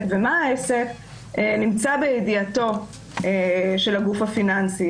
ומה העסק נמצא בידיעתו של הגוף הפיננסי.